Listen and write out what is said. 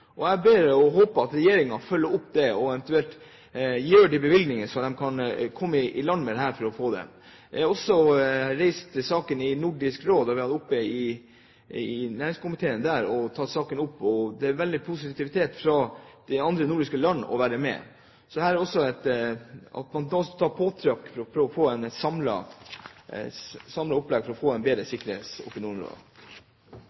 Jeg ber om – og håper – at regjeringen følger opp dette og eventuelt bevilger det som skal til. Jeg har også reist saken i Nordisk Råd, og vi har hatt den opp i næringskomiteen der. De andre nordiske land er veldig positive til å være med. Så her er det viktig med påtrykk for å prøve å få et samlet opplegg for å få en bedre